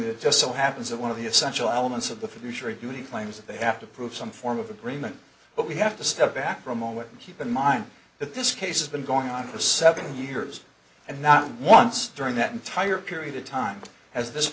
that just so happens that one of the essential elements of the future of beauty claims that they have to prove some form of agreement but we have to step back for a moment and keep in mind that this case has been going on for seven years and not once during that entire period of time has this